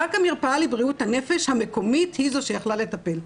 רק המרפאה לבריאות הנפש המקומית היא זו שיכלה לטפל.